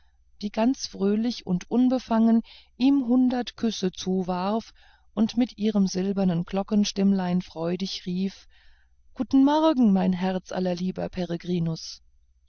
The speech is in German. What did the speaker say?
die ganz fröhlich und unbefangen ihm hundert küsse zuwarf und mit ihrem silbernen glockenstimmlein freudig rief guten morgen mein herzlieber